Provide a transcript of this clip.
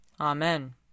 Amen